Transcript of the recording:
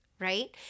Right